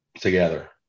together